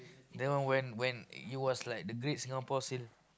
then one when when it was like the Great-Singapore-Sale